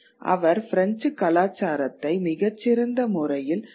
அவர் French கலாச்சாரத்தை மிகச்சிறந்த முறையில் பிரதிநிதித்துவப்படுத்துகிறார்